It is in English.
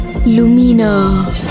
Lumina